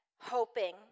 hoping